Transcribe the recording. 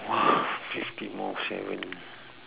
!wah! fifty more seven